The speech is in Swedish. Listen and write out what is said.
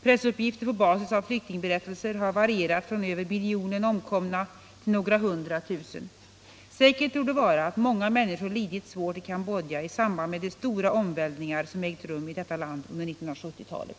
Pressuppgifter på basis av flyktingberättelser har varierat från över miljonen omkomna till några hundra tusen. Säkert torde vara att många människor lidit svårt i Cambodja i samband med de stora omvälvningar som ägt rum i detta land under 1970-talet.